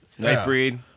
Nightbreed